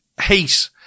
hate